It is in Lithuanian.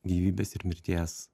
gyvybės ir mirties